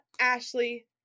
Ashley